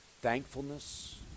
thankfulness